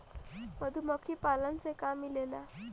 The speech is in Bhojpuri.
मधुमखी पालन से का मिलेला?